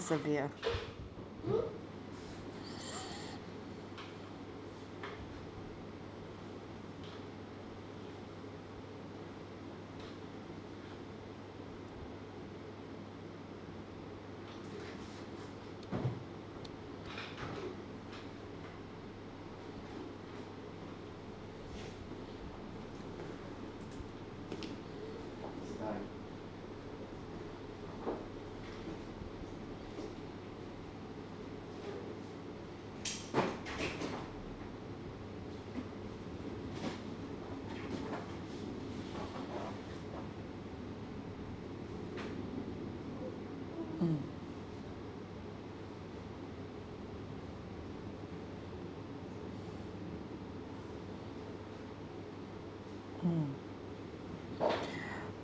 persevere mm mm